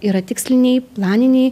yra tiksliniai planiniai